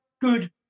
good